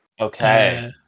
Okay